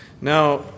Now